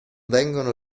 vengono